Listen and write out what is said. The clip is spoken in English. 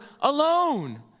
alone